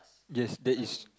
yes that is